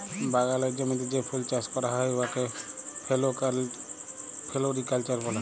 বাগালের জমিতে যে ফুল চাষ ক্যরা হ্যয় উয়াকে ফোলোরিকাল্চার ব্যলে